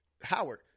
Howard